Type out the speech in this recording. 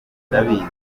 ndabizi